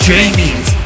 Jamie's